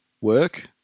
work